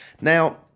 Now